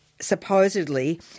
supposedly